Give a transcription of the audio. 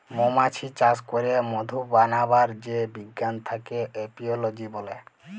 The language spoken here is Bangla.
মমাছি চাস ক্যরে মধু বানাবার যে বিজ্ঞান থাক্যে এপিওলোজি ব্যলে